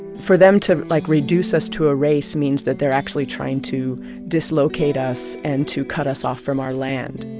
for them to, like, reduce us to a race means that they're actually trying to dislocate us and to cut us off from our land